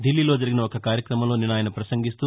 దిల్లీలో జరిగిన ఒక కార్యక్రమంలో నిన్న ఆయన ప్రపంగిస్తూ